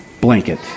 blanket